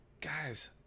guys